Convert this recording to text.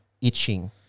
Itching